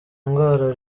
indwara